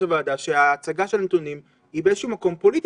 הוועדה שההצגה של הנתונים היא באיזשהו מקום פוליטית.